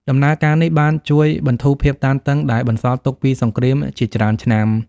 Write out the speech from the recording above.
ដំណើរការនេះបានជួយបន្ធូរភាពតានតឹងដែលបន្សល់ទុកពីសង្គ្រាមជាច្រើនឆ្នាំ។